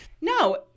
no